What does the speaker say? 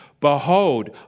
behold